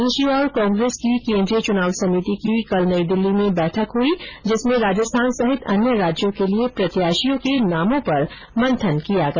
दूसरी ओर कांग्रेस की केन्द्रीय चुनाव समिति की कल नई दिल्ली में बैठक हुई जिसमें राजस्थान सहित अन्य राज्यों के लिए प्रत्याषियों के नाम पर मंथन किया गया